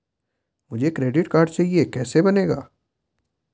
मुझे credit card चाहिए कैसे बनेगा?